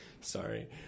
Sorry